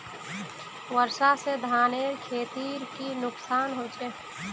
वर्षा से धानेर खेतीर की नुकसान होचे?